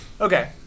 Okay